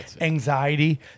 anxiety